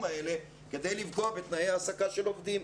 האלה כדי לפגוע בתנאי העסקה של עובדים.